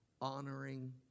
honoring